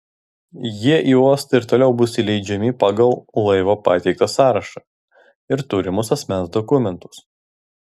jie į uostą ir toliau bus įleidžiami pagal laivo pateiktą sąrašą ir turimus asmens dokumentus